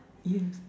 yes